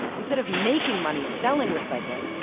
instead of making money selling recycling,